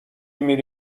میری